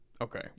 Okay